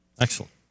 Excellent